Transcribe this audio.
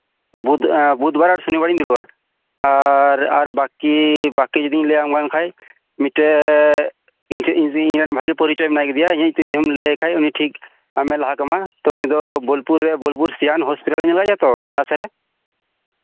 ᱵᱩᱫ ᱵᱟᱨ ᱟᱨ ᱥᱚᱱᱤ ᱵᱟᱨᱤᱧ ᱫᱩᱲᱩᱵᱼᱟ ᱟᱨ ᱵᱟᱠᱤ ᱵᱟᱠᱤ ᱡᱩᱫᱤᱢ ᱞᱟᱹᱭᱟᱢ ᱠᱟᱱ ᱠᱷᱟᱡ ᱢᱤᱫᱴᱮᱡ ᱤᱧᱨᱮᱱ ᱵᱷᱟᱜᱤ ᱯᱚᱨᱤᱪᱚᱭ ᱢᱮᱱᱟᱭ ᱟᱠᱟᱫᱮᱭᱟ ᱤᱧᱟᱹᱜ ᱧᱩᱛᱩᱢᱮᱢ ᱞᱟᱹᱭᱟᱭ ᱠᱷᱟᱡ ᱟᱢᱮ ᱞᱟᱦᱟ ᱠᱟᱢᱟ ᱛᱚ ᱩᱱᱤ ᱫᱚ ᱵᱳᱞᱯᱩᱨ ᱨᱮ ᱵᱳᱞᱯᱩᱨ ᱥᱤᱭᱟᱱ ᱦᱚᱸᱥᱯᱤᱴᱟᱞ ᱨᱮ ᱢᱤᱱᱟᱹᱧᱟ ᱛᱚ ᱚᱱᱟ ᱥᱟ ᱨᱮ